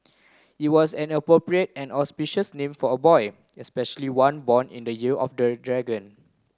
it was an appropriate and auspicious name for a boy especially one born in the year of the dragon